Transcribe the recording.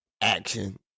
action